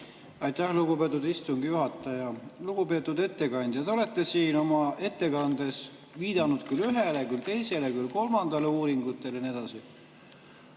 Aitäh, lugupeetud istungi juhataja! Lugupeetud ettekandja! Te olete siin oma ettekandes viidanud küll ühele, küll teisele, küll kolmandale uuringule ja nii edasi.